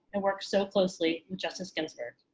and worked so closely with, justice ginsburg.